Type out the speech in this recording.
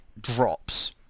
drops